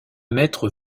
maître